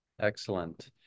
Excellent